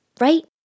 right